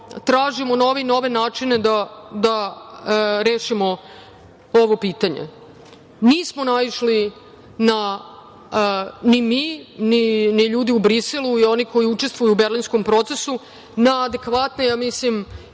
tražimo nove i nove načine da rešimo ovo pitanje. Nismo naišli ni mi, ni ljudi u Briselu i oni koji učestvuju u Berlinskom procesu, na adekvatne ni